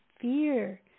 fear